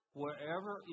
wherever